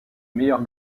meilleur